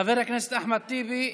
חבר הכנסת אחמד טיבי,